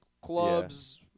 Clubs